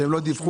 שהן לא דיווחו.